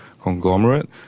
conglomerate